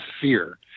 fear